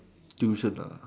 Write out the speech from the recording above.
tuition nah